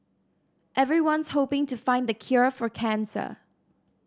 everyone's hoping to find the cure for cancer